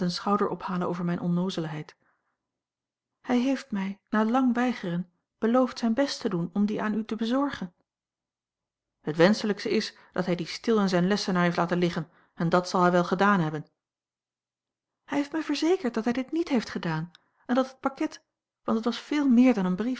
een schouderophalen over mijne onnoozelheid hij heeft mij na lang weigeren beloofd zijn best te doen om dien aan u te bezorgen het wenschelijkst is dat hij dien stil in zijn lessenaar heeft laten liggen en dàt zal hij wel gedaan hebben hij heeft mij verzekerd dat hij dit niet heeft gedaan en dat het pakket want het was veel meer dan een brief